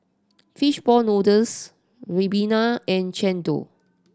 fish ball noodles ribena and chendol